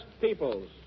peoples